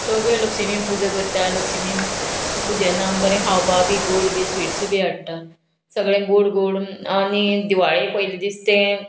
सगळे लक्ष्मी पुजा करता लक्ष्मी पुजेन बरें खावपा बी गोड बी स्वीट्स बी हाडटा सगळें गोड गोड आनी दिवाळे पयलीं दीस तें